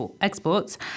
exports